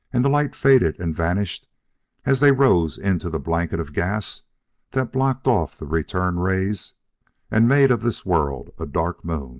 and the light faded and vanished as they rose into the blanket of gas that blocked off the return rays and made of this world a dark moon